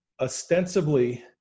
ostensibly